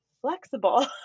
flexible